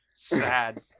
Sad